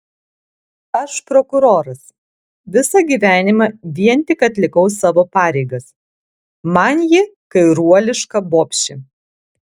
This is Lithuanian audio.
aš prokuroras visą gyvenimą vien tik atlikau savo pareigas man ji kairuoliška bobšė